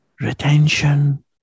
Retention